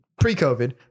pre-COVID